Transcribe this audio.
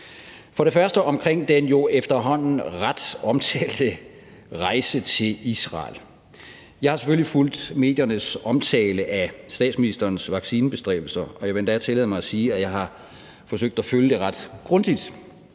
er der det omkring den jo efterhånden ret omtalte rejse til Israel. Jeg har selvfølgelig fulgt mediernes omtale af statsministerens vaccinebestræbelser, og jeg vil endda tillade mig at sige, at jeg har forsøgt at følge det ret grundigt,